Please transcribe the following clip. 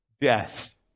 Death